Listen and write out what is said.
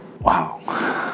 Wow